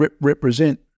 represent